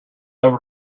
never